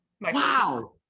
Wow